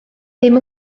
ddim